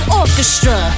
orchestra